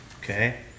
okay